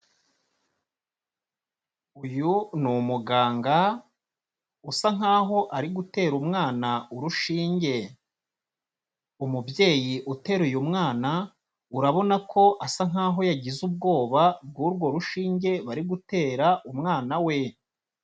Uyu ni umuganga usa nkaho ari gutera umwana urushinge, umubyeyi uteruye umwana urabona ko asa nkaho yagize ubwoba bw'urwo rushinge bari gutera umwana we.